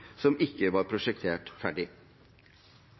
som ikke var prosjektert ferdig.